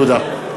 תודה.